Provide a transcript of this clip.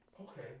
Okay